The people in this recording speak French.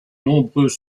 nombreux